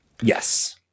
yes